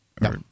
No